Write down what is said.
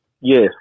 Yes